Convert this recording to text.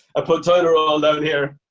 ah put toilet roll down here.